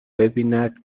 ببیند